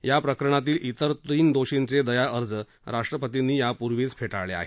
या प्रकरणातील तिर तीन दोषींचे दया अर्ज राष्ट्रपतींनी यापूर्वीच फेटाळले आहेत